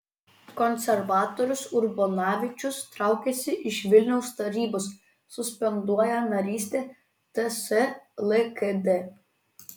konservatorius urbonavičius traukiasi iš vilniaus tarybos suspenduoja narystę ts lkd